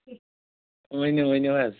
ؤنِو ؤنِو حظ